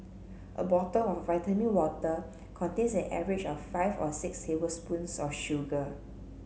a bottle of vitamin water contains an average of five or six tablespoons of sugar